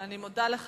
אני מודה לך.